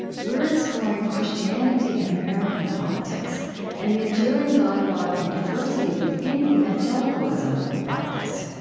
we're exploring christianity in american politics and the enduring dialogue and diversity within evangelicalism about this.